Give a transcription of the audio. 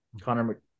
Connor